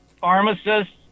pharmacists